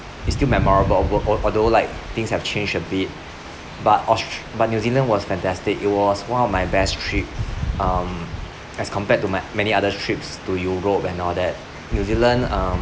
it's still memorable altho~ although like things have changed a bit but aus~ but new zealand was fantastic it was one of my best trip um as compared to my many other trips to europe and all that new zealand um